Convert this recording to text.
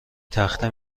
تخته